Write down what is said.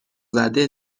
زده